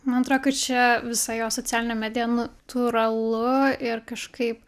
man atro kad čia visa jo socialinė medija nu tūralu ir kažkaip